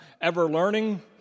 ever-learning